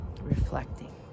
reflecting